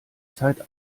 zeit